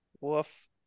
Woof